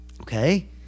okay